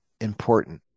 important